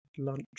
Lunch